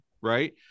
Right